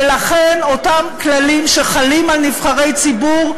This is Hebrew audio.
ולכן, אותם כללים שחלים על נבחרי ציבור,